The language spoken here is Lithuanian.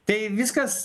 tai viskas